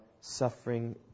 suffering